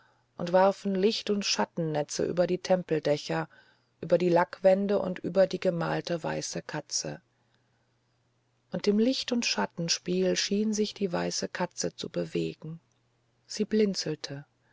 und warfen licht und schattennetze über die tempeldächer über die lackwände und über die gemalte weiße katze und im licht und schattenspiel schien sich die weiße katze zu bewegen sie blinzelte